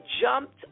jumped